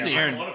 Aaron